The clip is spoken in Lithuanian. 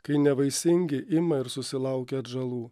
kai nevaisingi ima ir susilaukia atžalų